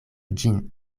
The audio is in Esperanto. ĝin